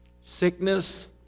Sickness